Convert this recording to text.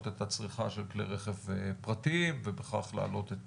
את הצריכה של כלי רכב פרטיים ובכך להעלות את